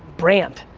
brand.